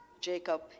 Jacob